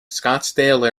scottsdale